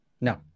no